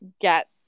get